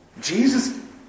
Jesus